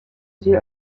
sie